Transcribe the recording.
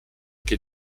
che